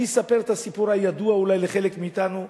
אני אספר את הסיפור, הידוע אולי לחלק מאתנו,